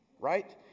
right